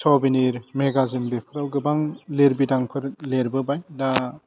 सबिनिर magazine बेफोराव गोबां लिरबिदांफोर लेरबोबाय दा